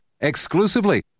exclusively